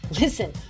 Listen